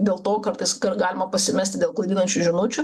dėl to kartais galima pasimesti dėl klaidinančių žinučių